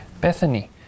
Bethany